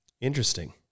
Interesting